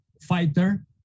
Fighter